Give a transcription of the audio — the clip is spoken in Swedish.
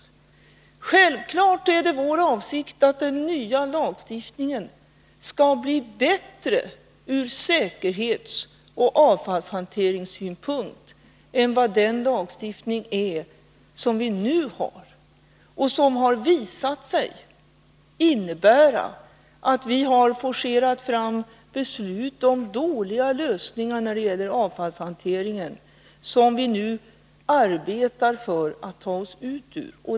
Självfallet är det vår avsikt att den nya lagstiftningen skall bli bättre ur säkerhetsoch avfallshanteringssynpunkt än vad den nuvarande lagstiftningen är. Det har visat sig att man i samband med denna lagstiftning har forcerat fram beslut om dåliga lösningar när det gäller avfallshanteringen, vilka vi nu arbetar för att ta oss ur.